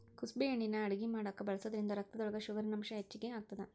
ಕುಸಬಿ ಎಣ್ಣಿನಾ ಅಡಗಿ ಮಾಡಾಕ ಬಳಸೋದ್ರಿಂದ ರಕ್ತದೊಳಗ ಶುಗರಿನಂಶ ಹೆಚ್ಚಿಗಿ ಆಗತ್ತದ